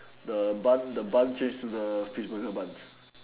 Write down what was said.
the bun the bun change to the the fish burger bun